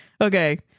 Okay